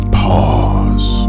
pause